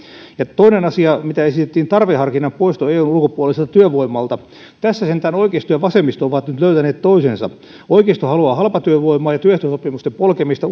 toisessa asiassa mitä esitettiin tarveharkinnan poistoa eun ulkopuoliselta työvoimalta sentään oikeisto ja vasemmisto ovat nyt löytäneet toisensa oikeisto haluaa halpatyövoimaa ja työehtosopimusten polkemista